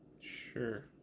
Sure